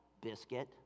Biscuit